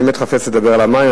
אני באמת חפץ לדבר על המים,